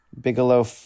Bigelow